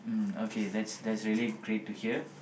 mm okay that's that's really great to hear